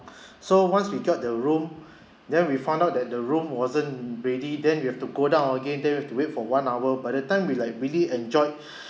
so once we got the room then we found out that the room wasn't ready then we have to go down again then we have to wait for one hour but that time we like really enjoyed